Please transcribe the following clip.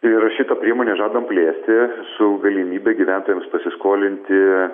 tai yra šitą priemonę žadam plėsti su galimybe gyventojams pasiskolinti